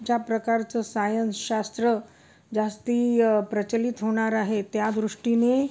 ज्या प्रकारचं सायन्स शास्त्र जास्त प्रचलित होणार आहे त्या दृष्टीने